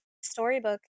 storybook